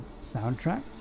soundtrack